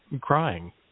crying